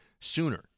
sooner